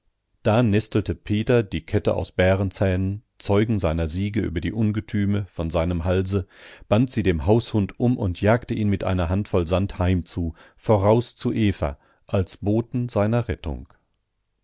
da nestelte peter die kette aus bärenzähnen zeugen seiner siege über die ungetüme von seinem halse band sie dem haushund um und jagte ihn mit einer handvoll sand heimzu voraus zu eva als boten seiner rettung